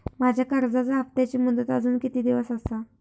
माझ्या कर्जाचा हप्ताची मुदत अजून किती दिवस असा?